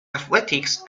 athletics